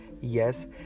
yes